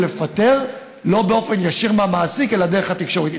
לפטר לא באופן ישיר מהמעסיק אלא דרך התקשורת.